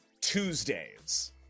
Tuesdays